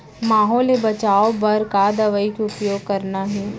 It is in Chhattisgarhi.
माहो ले बचाओ बर का दवई के उपयोग करना हे?